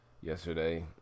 yesterday